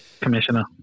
Commissioner